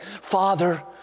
Father